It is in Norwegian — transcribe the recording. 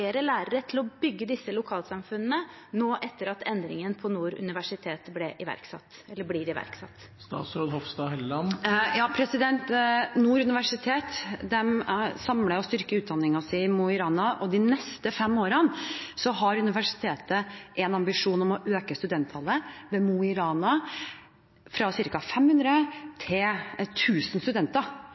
lærere til å bygge disse lokalsamfunnene nå etter at endringen på Nord universitet blir iverksatt? Nord universitet samler og styrker utdanningen sin i Mo i Rana, og de neste fem årene har universitetet en ambisjon om å øke studenttallet ved Mo i Rana fra ca. 500 til 1 000 studenter.